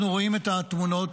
אנחנו רואים את התמונות,